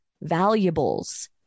valuables